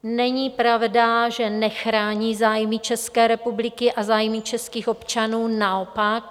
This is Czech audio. Není pravda, že nechrání zájmy České republiky a zájmy českých občanů, naopak.